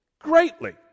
Greatly